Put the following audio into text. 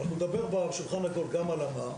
אנחנו נדבר בשולחן העגול גם על המה,